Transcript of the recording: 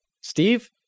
steve